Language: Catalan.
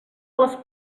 les